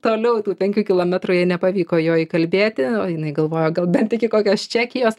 toliau tų penkių kilometrų jai nepavyko jo įkalbėti o jinai galvojo gal bent iki kokios čekijos